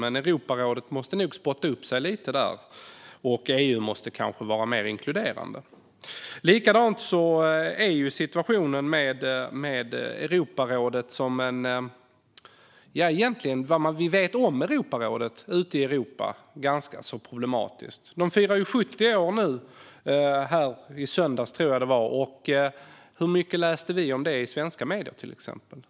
Men Europarådet måste nog spotta upp sig lite där, och EU måste kanske vara mer inkluderande. Likaså är detta med vad vi vet om Europarådet ute i Europa ganska problematiskt. Rådet firar 70 år nu - i söndags, tror jag det var. Hur mycket läste vi om det i svenska medier, till exempel?